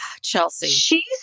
Chelsea